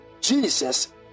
Jesus